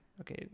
okay